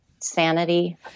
sanity